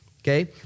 Okay